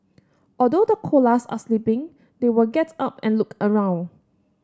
although the koalas are sleeping they will get up and look around